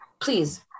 Please